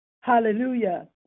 Hallelujah